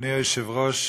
אדוני היושב-ראש,